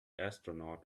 astronaut